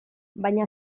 baina